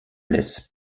laisse